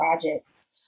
projects